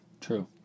True